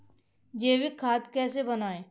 जैविक खाद कैसे बनाएँ?